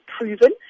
proven